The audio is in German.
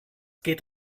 geht